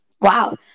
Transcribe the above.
Wow